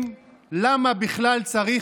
דודי, מה אתה רוצה